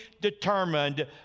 determined